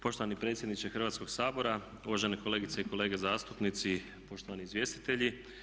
Poštovani predsjedniče Hrvatskog sabora, uvažene kolegice i kolege zastupnici, poštovani izvjestitelji.